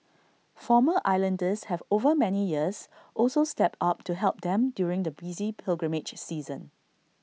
former islanders have over many years also stepped up to help them during the busy pilgrimage season